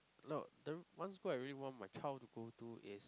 no the one school I really want my child to go to is